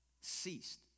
ceased